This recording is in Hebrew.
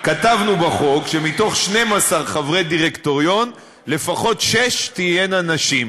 כתבנו בחוק שמתוך 12 חברי דירקטוריון לפחות שש תהיינה נשים.